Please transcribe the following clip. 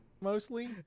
Mostly